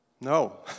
No